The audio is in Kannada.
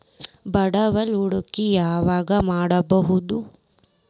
ಬಂಡವಾಳ ಹೂಡಕಿ ಯಾವಾಗ್ ಮಾಡ್ಬಹುದು?